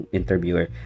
interviewer